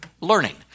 learning